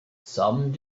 some